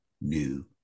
new